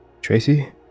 Tracy